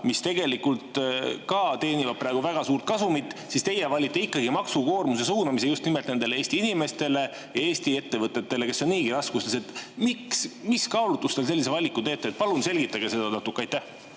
mis tegelikult teenivad praegu väga suurt kasumit. Teie valite ikkagi maksukoormuse suunamise just nimelt Eesti inimestele ja Eesti ettevõtetele, kes on niigi raskustes. Miks ja mis kaalutlustel te sellise valiku teete? Palun selgitage seda natuke. Aitäh,